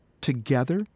Together